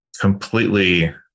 completely